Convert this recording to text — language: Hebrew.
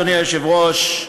אדוני היושב-ראש.